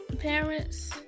Parents